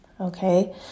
okay